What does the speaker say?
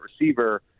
receiver